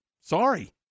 Sorry